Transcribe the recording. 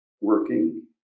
working